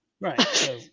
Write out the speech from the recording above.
right